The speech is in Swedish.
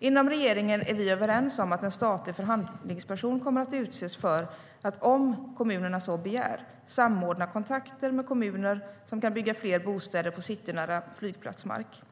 Inom regeringen är vi överens om att en statlig förhandlingsperson ska utses för att, om kommunerna så begär, samordna kontakter med kommuner som kan bygga fler bostäder på citynära flygplatsmark.